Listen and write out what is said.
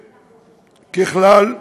ככלל,